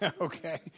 Okay